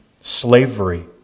slavery